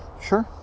sure